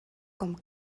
com